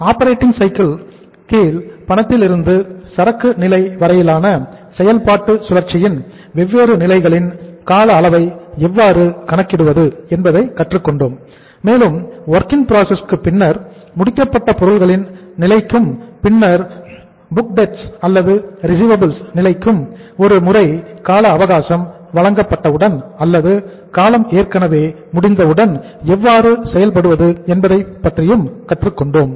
operating cycle நிலைக்கும் ஒரு முறை கால அவகாசம் வழங்கப்பட்டவுடன் அல்லது காலம் ஏற்கனவே முடிந்தவுடன் எவ்வாறு செயல்படுவது என்பதை பற்றியும் கற்றுக் கொண்டோம்